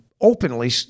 openly